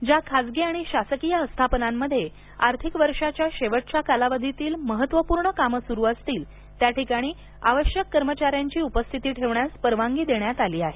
ज्या खासगी आणि शासकीय आस्थापनांमध्ये आर्थिक वर्षांच्या शेवटच्या कालावधीतील महत्त्वपूर्ण कामे सुरु असतील त्या ठिकाणी आवश्यक कर्मचाऱ्यांची उपस्थिती ठेवण्यास परवानगी देण्यात आली आहे